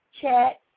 chat